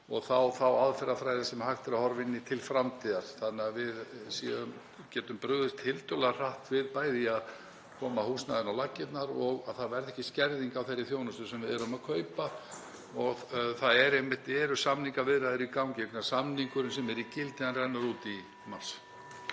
og á þá aðferðafræði sem hægt er að nýta til framtíðar þannig að við getum brugðist tiltölulega hratt við, bæði í að koma húsnæðinu á laggirnar og að það verði ekki skerðing á þeirri þjónustu sem við erum að kaupa. Það eru einmitt samningaviðræður í gangi vegna þess að samningurinn sem er í gildi rennur út í mars.